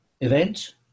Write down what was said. event